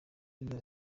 iya